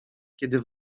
kiedy